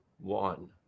one